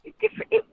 different